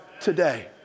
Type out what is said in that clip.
today